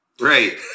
Right